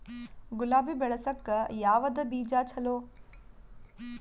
ಗುಲಾಬಿ ಬೆಳಸಕ್ಕ ಯಾವದ ಬೀಜಾ ಚಲೋ?